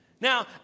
Now